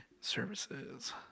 services